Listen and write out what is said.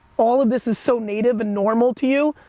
all of this is so native and normal to you,